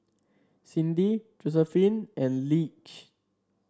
Cindi Josephine and Lige